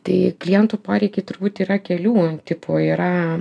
tai klientų poreikiai turbūt yra kelių tipų yra